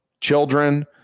children